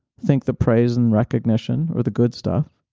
think the praise and recognition or the good stuff,